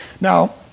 Now